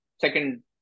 second